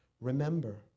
remember